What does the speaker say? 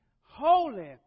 holy